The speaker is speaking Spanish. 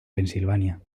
pensilvania